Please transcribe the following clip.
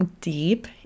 deep